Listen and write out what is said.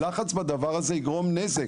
הלחץ בדבר הזה יגרום נזק.